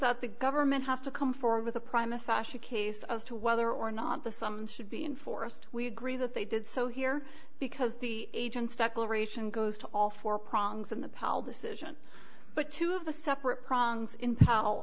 that the government has to come forward with a primus asha case of to whether or not the sum should be inforced we agree that they did so here because the agent's declaration goes to all four prongs of the pal decision but two of the separate prongs in pow